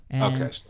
Okay